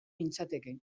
nintzateke